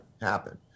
happen